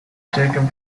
taken